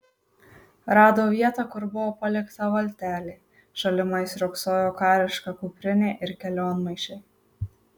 rado vietą kur buvo palikta valtelė šalimais riogsojo kariška kuprinė ir kelionmaišiai